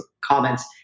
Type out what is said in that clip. comments